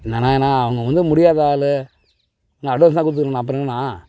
என்னாண்ணா அவங்க வந்து முடியாத ஆள் அட்வான்ஸ் தான் கொடுத்துக்குறனே அப்புறம் என்னண்ணா